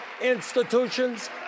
institutions